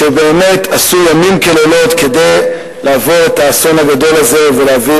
שבאמת עשו לילות כימים כדי לעבור את האסון הגדול הזה ולהביא